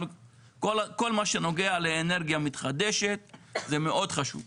כל מה שנוגע לאנרגיה מתחדשת זה מאוד חשוב.